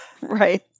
Right